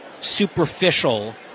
superficial